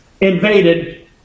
invaded